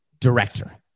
director